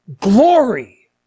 glory